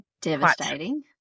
devastating